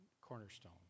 cornerstone